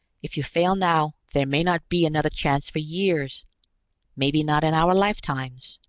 if you fail now, there may not be another chance for years maybe not in our lifetimes.